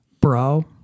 bro